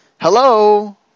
Hello